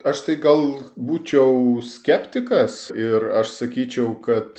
aš tai gal būčiau skeptikas ir aš sakyčiau kad